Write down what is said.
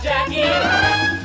Jackie